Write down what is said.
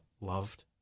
loved